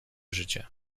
życie